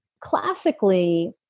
classically